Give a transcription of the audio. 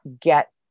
get